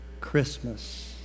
Christmas